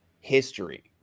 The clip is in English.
history